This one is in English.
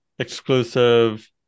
exclusive